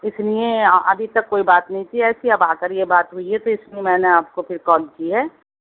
اس لیے ابھی تک کوئی بات نہیں تھی ایسی اب اگر یہ بات ہوئی ہے تو اس میں میں نے آپ کو پھر کال کی ہے